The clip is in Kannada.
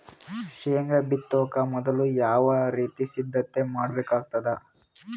ಶೇಂಗಾ ಬಿತ್ತೊಕ ಮೊದಲು ಯಾವ ರೀತಿ ಸಿದ್ಧತೆ ಮಾಡ್ಬೇಕಾಗತದ?